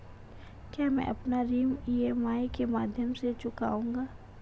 क्या मैं अपना ऋण ई.एम.आई के माध्यम से चुकाऊंगा?